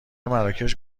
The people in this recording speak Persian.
مراکش